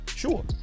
Sure